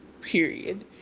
period